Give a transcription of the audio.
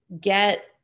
get